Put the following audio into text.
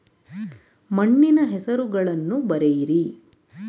ಮಣ್ಣಿನ ಹೆಸರುಗಳನ್ನು ಬರೆಯಿರಿ